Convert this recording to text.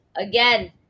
Again